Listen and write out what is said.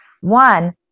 One